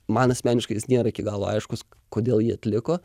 man asmeniškai jis nėra iki galo aiškus kodėl jį atliko